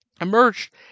emerged